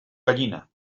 gallina